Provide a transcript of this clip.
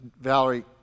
Valerie